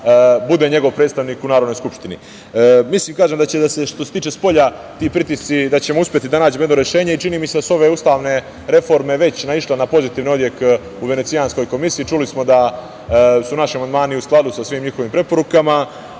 bude njegovo predstavnik u Narodnoj skupštini. Što se tiče spolja, ti pritisci, uspećemo da nađemo rešenje i čini mi se da su ove ustavne reforme već naišle na pozitivni odjek u Venecijanskoj komisiji. Čuli smo da su naši amandmani u skladu sa svim njihovim preporukama,